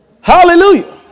Hallelujah